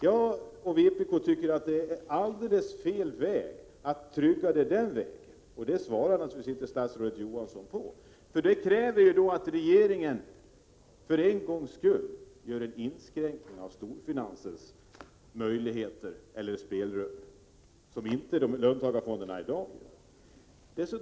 Jag och vpk tycker att det är alldeles fel att trygga det den vägen, men det kommenterar naturligtvis inte statsrådet Johansson. Vårt sätt att trygga ATP-systemet skulle ju kräva att regeringen för en gångs skull gör en inskränkning i storfinansens möjligheter eller spelrum, vilket löntagarfonderna i dag inte gör.